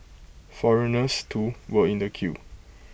foreigners too were in the queue